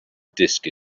disk